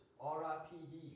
R-I-P-D